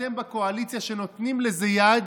ואתם בקואליציה, שנותנים לזה יד,